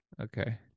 Okay